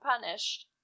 punished